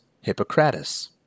Hippocrates